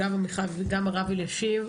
עמיחי והרב אלישיב,